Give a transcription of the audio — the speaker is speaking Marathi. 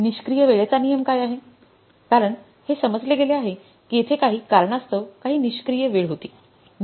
निष्क्रिय वेळेचा नियम काय आहे कारण हे समजले गेले आहे की येथे काही कारणास्तव काही निष्क्रिय वेळ होती